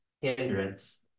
hindrance